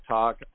Talk